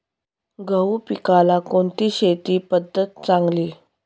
गहू पिकाला कोणती शेती पद्धत चांगली?